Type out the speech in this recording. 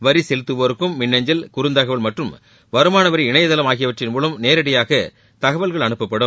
வரி செலுத்துவோருக்கு மின்னஞ்சல் குறுந்தகவல் மற்றும் வருமானவரி இணையதளம் ஆகியவற்றின் மூலம் நேரடியாக தகவல்கள் அனுப்பப்படும்